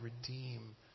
redeem